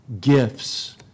gifts